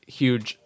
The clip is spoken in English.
huge